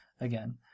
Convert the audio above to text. again